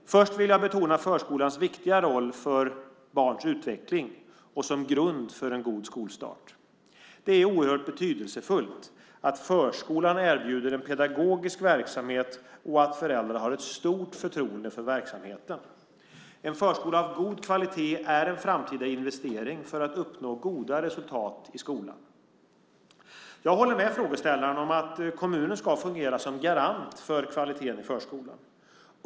Först vill jag betona förskolans viktiga roll för barns utveckling och som grund för en god skolstart. Det är oerhört betydelsefullt att förskolan erbjuder en pedagogisk verksamhet och att föräldrar har ett stort förtroende för verksamheten. En förskola av god kvalitet är en framtida investering för att uppnå goda resultat i skolan. Jag håller med frågeställaren om att kommunen ska fungera som garant för kvaliteten i förskolan.